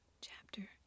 Chapter